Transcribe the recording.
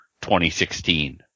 2016